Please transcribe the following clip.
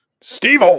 Steve